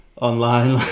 online